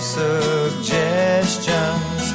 suggestions